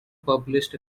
published